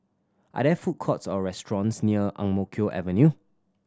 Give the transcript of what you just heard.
are there food courts or restaurants near Ang Mo Kio Avenue